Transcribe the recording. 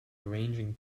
arranging